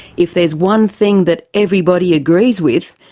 if there's one thing that everybody agrees with,